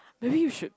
maybe you should